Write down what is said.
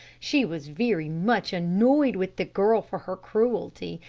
she was very much annoyed with the girl for her cruelty,